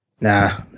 Nah